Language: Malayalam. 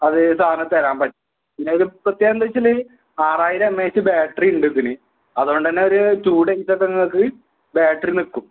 അത് സാറിന് തരാൻ പറ്റ് പിന്നെ ഒരു പ്രത്യേകത എന്താന്ന് വെച്ചെങ്കില് ആറായിരം എം ഐ എച് ബാറ്ററി ഉണ്ട് അതിന് അതുകൊണ്ടുതന്നെ ഒരു ടൂ ഡെയ്സോക്കെ നിങ്ങൾക്ക് ബാറ്ററി നിൽക്കും